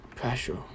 pressure